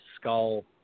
skull